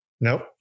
Nope